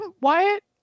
Wyatt